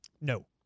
No